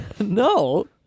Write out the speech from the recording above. No